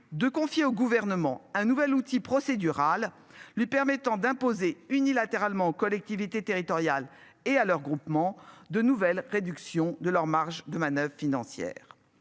de confier au gouvernement un nouvel outil procédural lui permettant d'imposer unilatéralement aux collectivités territoriales et à leurs groupements de nouvelles réductions de leurs marges de manoeuvre financières